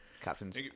Captain's